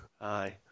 Aye